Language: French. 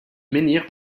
menhir